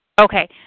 Okay